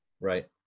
Right